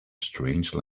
strange